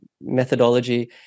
methodology